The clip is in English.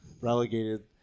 relegated